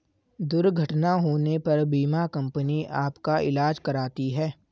दुर्घटना होने पर बीमा कंपनी आपका ईलाज कराती है